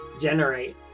generate